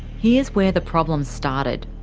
here's where the problems started.